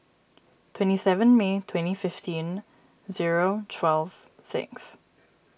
twenty seven May twenty fifteen zero twelve six